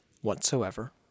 whatsoever